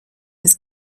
his